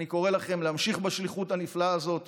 אני קורא לכם להמשיך בשליחות הנפלאה הזאת